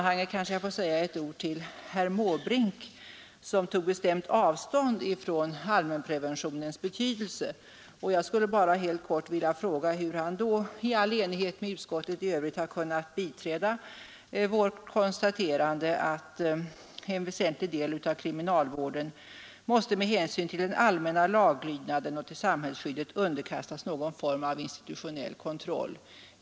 Herr Måbrink tog bestämt avstånd från allmänpreventionens betydelse. Jag skulle bara helt kort vilja fråga hur han då i enighet med utskottet kunnat biträda vårt konstaterande att en väsentlig del av kriminalvården måste med hänsyn till den allmänna laglydnaden och till samhällsskyddet underkastas någon form av institutionell kontroll.